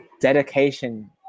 Dedication